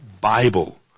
Bible